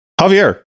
javier